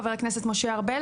חבר הכנסת משה ארבל,